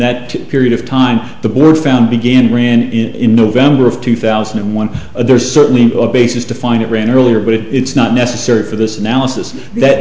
that period of time the board found began ran in november of two thousand and one there's certainly a basis to find it ran earlier but if it's not necessary for this analysis that